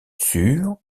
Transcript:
sur